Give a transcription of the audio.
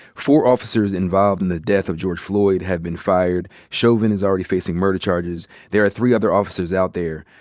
four officers involved in the death of george floyd have been fired. chauvin is already facing murder charges. there are three other officers out there.